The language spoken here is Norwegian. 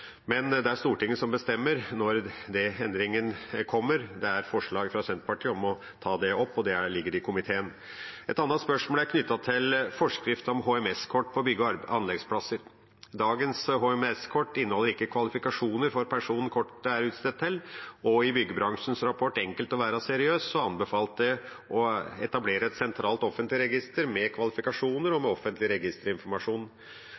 Men det er Stortinget som bestemmer når den endringen kommer. Det er et forslag fra Senterpartiet om å ta det opp, og det ligger i komiteen. Et annet spørsmål er knyttet til forskrift om HMS-kort på bygge- og anleggsplasser. Dagens HMS-kort inneholder ikke kvalifikasjonene for personen kortet er utstedt til, og i byggebransjens rapport Enkelt å være seriøs anbefales det å etablere et sentralt offentlig register med kvalifikasjoner og